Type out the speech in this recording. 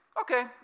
Okay